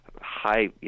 high